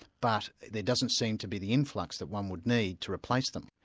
but there doesn't seem to be the influx that one would need to replace them.